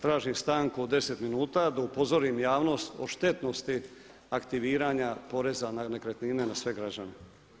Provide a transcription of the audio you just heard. Tražim stanku od deset minuta da upozorim javnost o štetnosti aktiviranja poreza na nekretnine na sve građane.